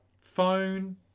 phone